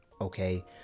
okay